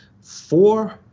four